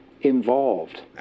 involved